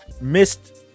Missed